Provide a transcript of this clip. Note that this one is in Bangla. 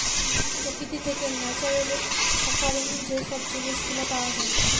প্রকৃতি থেকে ন্যাচারালি অকারিং যে সব জিনিস গুলা পাওয়া যায়